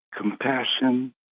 compassion